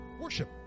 worship